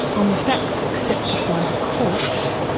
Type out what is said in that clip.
on the facts accepted by the court,